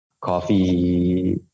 coffee